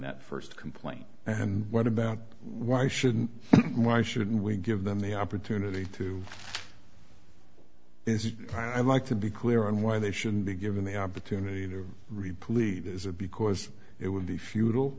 that first complaint and what about why shouldn't why shouldn't we give them the opportunity to if you try mike to be clear on why they should be given the opportunity to repleat is it because it would be futile